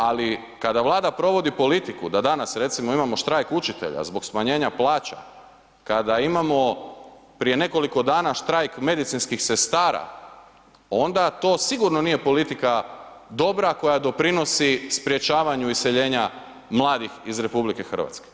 Ali kada Vlada provodi politiku da danas recimo imamo štrajk učitelja zbog smanjenja plaća, kada imamo prije nekoliko dana štrajk medicinskih sestara onda to sigurno nije politika dobra koja doprinosi sprečavanju iseljenja mladih iz RH.